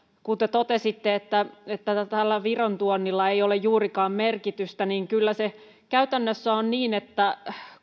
kun te totesitte että tällä viron tuonnilla ei ole juurikaan merkitystä kyllä se käytännössä on niin että